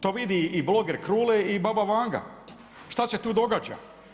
To vidi i bloger Krule i baba Vanga šta se tu događa.